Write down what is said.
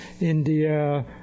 India